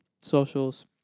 socials